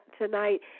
tonight